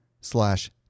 slash